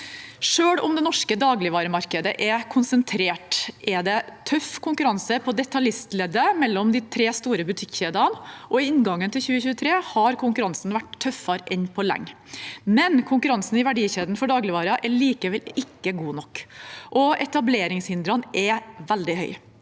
Selv om det norske dagligvaremarkedet er konsentrert, er det tøff konkurranse på detaljistleddet mellom de tre store butikkjedene, og i inngangen til 2023 har konkurransen vært tøffere enn på lenge. Likevel er konkurransen i verdikjeden for dagligvarer ikke god nok, og etableringshindrene er veldig høye.